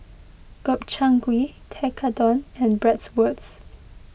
Gobchang Gui Tekkadon and Bratwurst